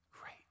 great